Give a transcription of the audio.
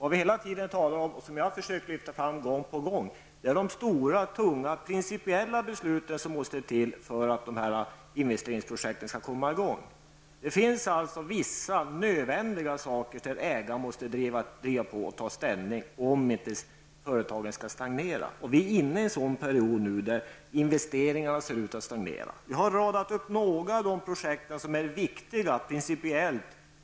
Det vi hela tiden talar om, och som jag har försökt att lyfta fram gång på gång, är de stora, tunga, principiella beslut som måste till för att investeringsprojekten skall komma i gång. Det finns vissa nödvändiga saker som ägaren måste driva på och ta ställning till om inte företagen skall stagnera. Vi är inne i en sådan period där investeringarna ser ut att stagnera. Jag har räknat upp några av de projekt som är principiellt viktiga